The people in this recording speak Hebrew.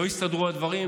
לא יסתדרו הדברים,